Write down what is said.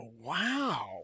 wow